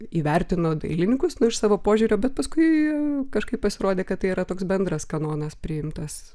įvertino dailininkus nu iš savo požiūrio bet paskui kažkaip pasirodė kad tai yra toks bendras kanonas priimtas